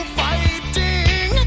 fighting